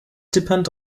depend